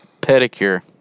pedicure